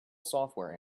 software